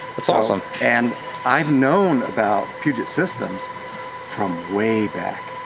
that's awesome. and i've known about puget systems from way back.